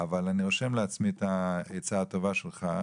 אבל אני רושם לעצמי את העצה הטובה שלך,